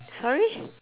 sorry